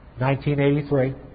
1983